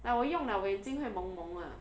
like 我用 liao 我眼睛会蒙蒙 ah